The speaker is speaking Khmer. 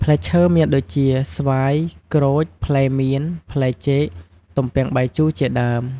ផ្លែឈើមានដូចជា ស្វាយ ក្រូច ផ្លែមៀន ផ្លែចេក ទំពាំងបាយជូរ ជាដើម។